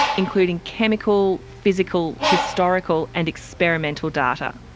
including chemical, physical, historical and experimental data.